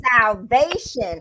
salvation